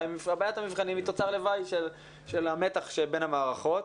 ובעיית המבחנים היא תוצר לוואי של המתח שבין המערכות.